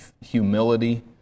Humility